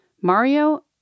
Mario